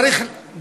האם צריך לתת